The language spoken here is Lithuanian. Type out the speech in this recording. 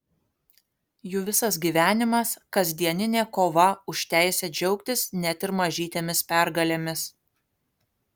jų visas gyvenimas kasdieninė kova už teisę džiaugtis net ir mažytėmis pergalėmis